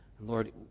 Lord